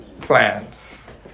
plans